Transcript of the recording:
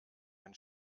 den